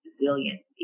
resiliency